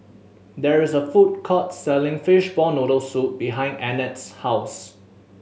there is a food court selling fishball noodle soup behind Annette's house